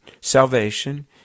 salvation